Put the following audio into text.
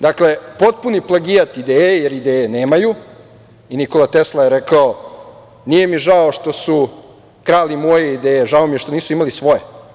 Dakle, potpuni plagijat ideje, jer ideje nemaju i Nikola Tesla je rekao - nije mi žao što su krali moje ideje, žao mi je što nisu imali svoje.